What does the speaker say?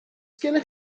gennych